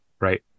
right